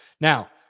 now